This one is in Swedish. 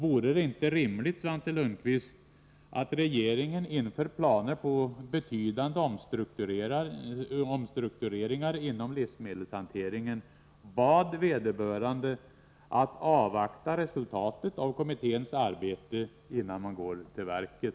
Vore det inte rimligt, Svante Lundkvist, att regeringen inför planer på betydande omstruktureringar inom livsmedelshanteringen uppmanade vederbörande att avvakta resultatet av kommitténs arbete innan man går till verket?